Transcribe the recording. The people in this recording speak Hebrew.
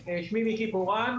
מירב בן ארי,